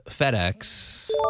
FedEx